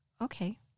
Okay